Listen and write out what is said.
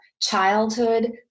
childhood